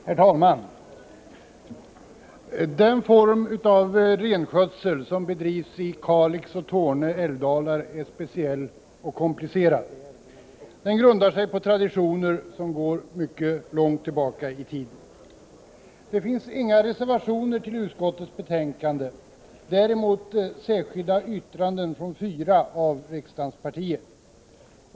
Herr talman! Den form av renskötsel som bedrivs i Kalix och Torne älvdalar är speciell och komplicerad. Den grundar sig på traditioner som går mycket långt tillbaka i tiden. Det finns inga reservationer till utskottets betänkande, däremot särskilda yttranden från fyra av riksdagens partier.